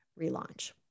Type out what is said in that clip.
relaunch